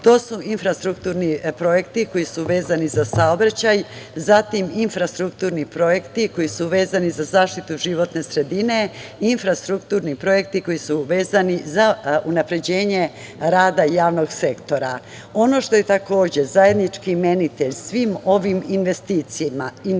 To su infrastrukturni projekti koji su vezani za saobraćaj, zatim infrastrukturni projekti koji su vezani za zaštitu životne sredine i infrastrukturni projekti koji su vezani za unapređenje rada javnog sektora. Ono što je zajednički imenitelj svim ovim investicijama jeste